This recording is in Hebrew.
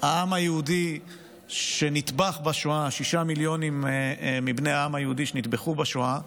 העם היהודי שנטבח בשואה שישה מיליונים מבני העם היהודי שנטבחו בשואה,